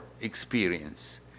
experience